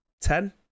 ten